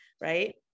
right